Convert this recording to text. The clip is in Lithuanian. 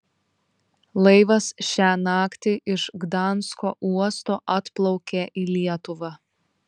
laivas šią naktį iš gdansko uosto atplaukė į lietuvą